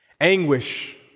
Anguish